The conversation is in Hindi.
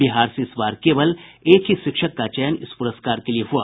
बिहार से इस बार केवल एक ही शिक्षक का चयन इस पुरस्कार के लिए हुआ